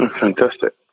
Fantastic